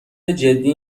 جدی